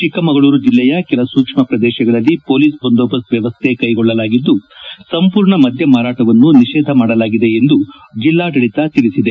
ಚಿಕ್ಕಮಗಳೂರು ಬೆಲ್ಲೆಯ ಕೆಲ ಸೂಕ್ಷ್ಮ ಶ್ರದೇಶಗಳಲ್ಲಿ ಹೊಲೀಸ್ ಬಂದೋಬಸ್ತ್ ವ್ಯವಸ್ಥೆ ಕೈಗೊಳ್ಳಲಾಗಿದ್ದು ಸಂಪೂರ್ಣ ಮದ್ಯ ಮಾರಾಟವನ್ನು ನಿಷೇಧ ಮಾಡಲಾಗಿದೆ ಎಂದು ಜೆಲ್ಲಾಡಳಿತ ತಿಳಿಸಿದೆ